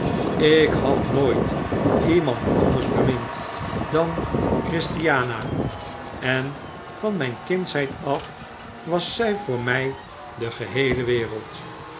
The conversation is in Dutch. ik had nooit iemand anders bemind dan christiana en van myn kindsheid af was zy voor mij de geheele wereld